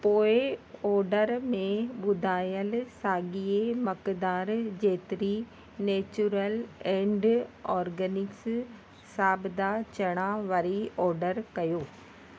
पोएं ऑडर में ॿुधायलु साॻिए मकदार जेतिरी नैचुरल एंड ऑर्गॅनिक्स साबता चणा वरी ऑडर कयो